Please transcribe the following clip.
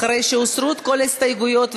אחרי שהוסרו כל ההסתייגויות,